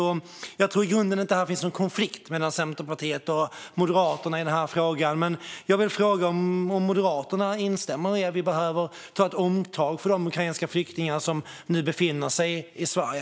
Jag tror inte att det i grunden finns någon konflikt mellan Centerpartiet och Moderaterna i den här frågan, men jag undrar om Moderaterna instämmer i att vi behöver göra ett omtag för de ukrainska flyktingar som nu befinner sig i Sverige.